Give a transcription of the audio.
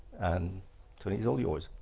and tony's all yours.